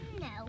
No